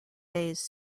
days